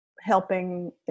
helping